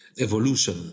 evolution